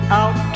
out